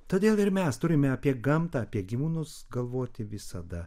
todėl ir mes turime apie gamtą apie gyvūnus galvoti visada